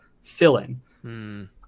fill-in